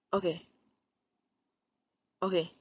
okay okay